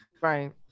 Right